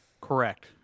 Correct